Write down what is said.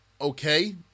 okay